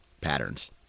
patterns